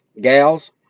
gals